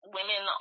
women